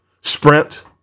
sprint